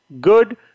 good